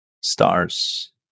stars